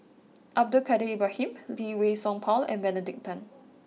Abdul Kadir Ibrahim Lee Wei Song Paul and Benedict Tan